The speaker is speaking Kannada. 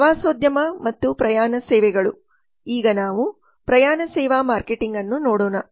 ಪ್ರವಾಸೋದ್ಯಮ ಮತ್ತು ಪ್ರಯಾಣ ಸೇವೆಗಳು ಈಗ ನಾವು ಪ್ರಯಾಣ ಸೇವಾ ಮಾರ್ಕೆಟಿಂಗ್ ಅನ್ನು ನೋಡೋಣ